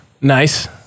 Nice